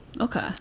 Okay